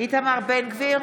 איתמר בן גביר,